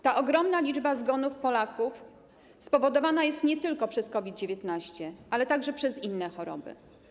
Tak ogromna liczba zgonów Polaków spowodowana jest nie tylko przez COVID-19, ale także przez inne choroby.